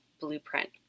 blueprint